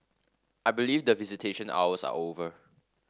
I believe that visitation hours are over